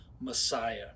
Messiah